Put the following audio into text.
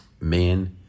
Men